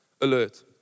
alert